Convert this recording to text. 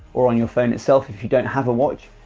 or on your phone itself if you don't have a watch.